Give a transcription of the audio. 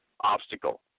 obstacle